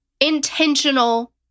intentional